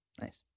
Nice